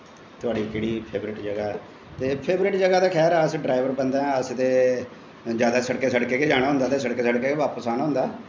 तुआढ़ी केह्ड़ी फेवरट जगह् ऐ ते फेवरट जगह ते खैर अस डरैबर बंदे आं ते अस जादा सड़कै सड़कै गै जाना होंदा ते सड़कैं सड़कै गै आना होंदा